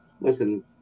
Listen